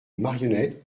marionnettes